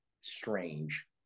strange